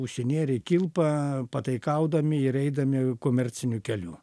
užsinėrė kilpą pataikaudami ir eidami komerciniu keliu